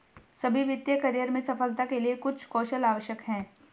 सभी वित्तीय करियर में सफलता के लिए कुछ कौशल आवश्यक हैं